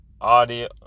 Audio